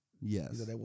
Yes